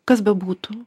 kas bebūtų